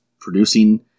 producing